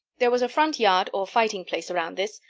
there was a front yard or fighting-place around this,